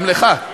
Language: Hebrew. גם לך.